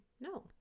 No